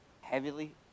heavily